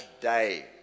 day